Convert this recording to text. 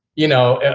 you know,